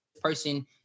person